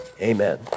Amen